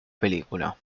película